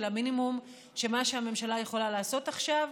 המינימום של מה שהממשלה יכולה לעשות עכשיו,